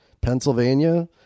Pennsylvania